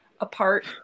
apart